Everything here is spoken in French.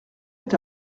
est